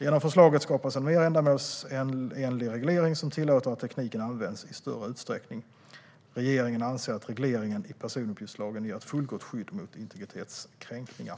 Genom förslaget skapas en mer ändamålsenlig reglering som tillåter att tekniken används i större utsträckning. Regeringen anser att regleringen i personuppgiftslagen ger ett fullgott skydd mot integritetskränkningar.